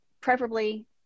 preferably